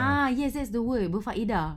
ah yes yes the word berfaedah